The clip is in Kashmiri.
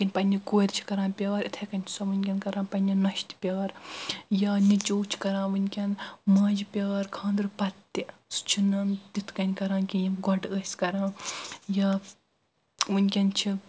یِتھ کٔنۍ پننہِ کورِ چھِ کران پیار اِتھے کٔنۍ چھِ سۄ ؤنکیٚن کران پننہِ نۄشہِ تہِ پیار یا نیٚچوٗ چھُ کران ؤنکیٚن ماجہِ پیار کھانٛدرٕ پتہٕ تہِ سُہ چھُنہٕ تِتھ کٔنۍ کران کہِ یہِ گۄڈٕ ٲسۍ کران یا ؤنکیٚن چھِ